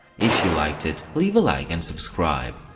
if you liked it, leave a like and subscribe.